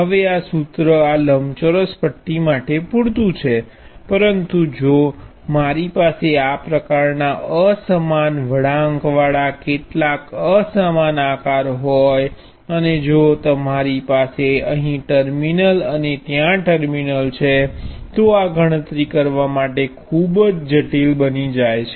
હવે આ સૂત્ર આ લંબચોરસ પટ્ટી માટે પૂરતું છે પરંતુ જો મારી પાસે આ પ્રકારનાં અસમાન વળાંકવાળા કેટલાક અસમાન આકાર હોય અને જો તમારી પાસે અહીં ટર્મિનલ અને ત્યાં ટર્મિનલ છે તો આ ગણતરી કરવા માટે ખૂબ જટિલ બની જાય છે